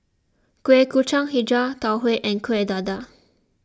Kuih Kacang HiJau Tau Huay and Kuih Dadar